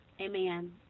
Amen